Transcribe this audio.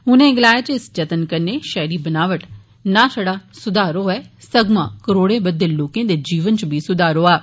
उनें गलाया जे इस जत्न कन्नै षैहरी बनावट च ना छड़ा सुधार होआ ऐ सगुआं करोड़ें बद्दे लोकें दे जीवन इच बी सुधार होआ ऐ